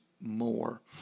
more